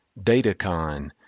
datacon